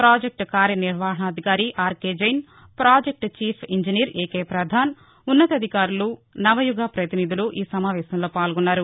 project కార్యనిర్వహణాధికారి R K Jain project chief engineer A K Padhan ఉన్నతాధికారులు నవయుగ ప్రతినిధులు ఈ సమావేశంలో పాల్గొన్నారు